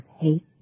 hate